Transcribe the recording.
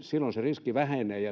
silloin se riski vähenee.